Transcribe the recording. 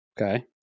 Okay